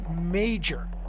major